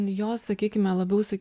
jos sakykime labiau s